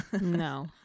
No